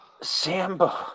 Sambo